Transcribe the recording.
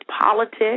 politics